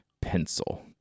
pencil